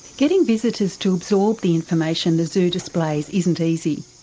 getting visitors to absorb the information the zoo displays isn't easy.